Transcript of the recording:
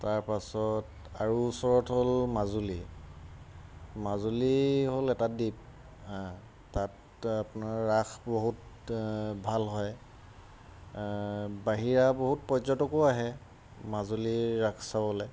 তাৰপাছত আৰু ওচৰত হ'ল মাজুলী মাজুলী হ'ল এটা দ্বীপ তাত আপোনাৰ ৰাস বহুত ভাল হয় বাহিৰা বহুত পৰ্যটকো আহে মাজুলীৰ ৰাস চাবলৈ